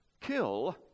kill